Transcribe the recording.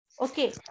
Okay